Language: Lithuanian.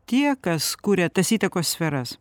tie kas kuria tas įtakos sferas